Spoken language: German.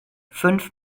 fünf